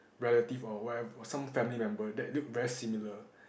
relative or wherev~ or some family member that look very similar